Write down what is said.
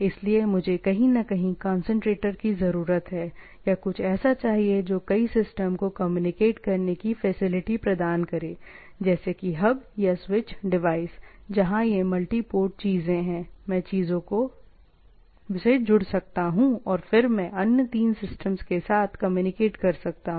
इसलिए मुझे कहीं न कहीं कंसंट्रेटर की जरूरत है या कुछ ऐसा चाहिए जो कई सिस्टम को कम्युनिकेट करने की फैसिलिटी प्रदान करें जैसे कि हब या स्विच डिवाइस जहां यह मल्टी पोर्ट चीजें हैं मैं चीजों से जुड़ सकता हूं और फिर मैं अन्य तीन सिस्टम्स के साथ कम्युनिकेट कर सकता हूं